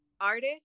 artist